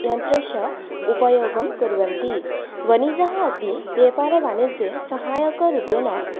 यन्त्रस्य उपयोगं कुर्वन्ति वणिजः अपि व्यापारवाणिज्ये सहायकरूपेण